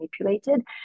manipulated